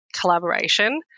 collaboration